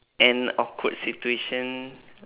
an awkward situation